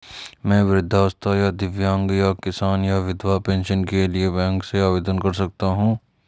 मैं वृद्धावस्था या दिव्यांग या किसान या विधवा पेंशन के लिए बैंक से आवेदन कर सकता हूँ?